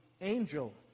angel